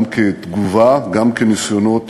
גם כתגובה, גם כניסיונות